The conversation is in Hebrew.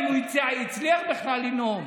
אם הוא הצליח בכלל לנאום?